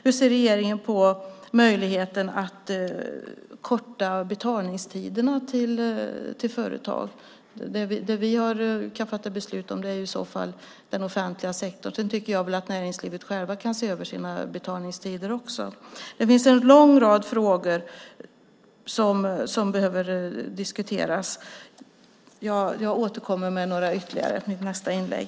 Hur ser regeringen på möjligheten att korta betalningstiderna för företag? Det som vi kan fatta beslut om är den offentliga sektorn. Sedan tycker jag att näringslivet självt kan se över sina betalningstider. Det finns en lång rad frågor som behöver diskuteras. Jag återkommer med några ytterligare i mitt nästa inlägg.